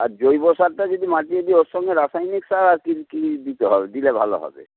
আর জৈব সারটা যদি মাটিতে দিই ওর সঙ্গে রাসায়নিক সার আর কী কী দিতে হবে দিলে ভালো হবে